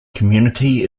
community